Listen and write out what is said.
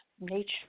nature